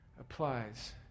applies